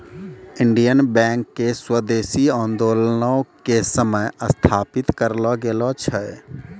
Indian bank के स्वदेशी आन्दोलनो के समय स्थापित करलो गेलो छै